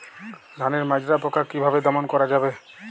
ধানের মাজরা পোকা কি ভাবে দমন করা যাবে?